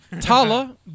Tala